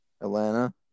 Atlanta